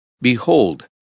behold